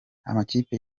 amakipe